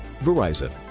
Verizon